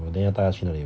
oh then 要带它去哪里玩我